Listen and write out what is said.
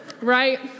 right